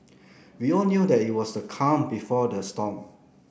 we all knew that it was the calm before the storm